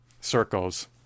circles